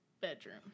bedroom